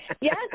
Yes